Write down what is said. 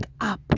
up